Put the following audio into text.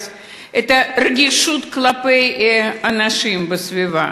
את הרגישות כלפי אנשים בסביבה.